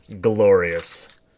glorious